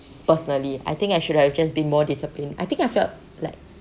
personally I think I should have just been more disciplined I think I felt like